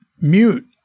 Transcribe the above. mute